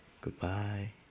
goodbye